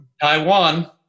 Taiwan